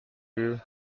you